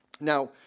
Now